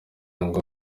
ngo